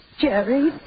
Jerry